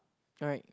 right